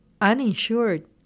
uninsured